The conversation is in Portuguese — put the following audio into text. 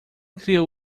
criou